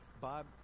Bob